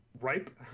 ripe